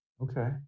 Okay